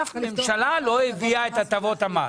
אף ממשלה לא הביאה את הטבות מס,